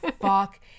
fuck